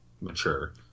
mature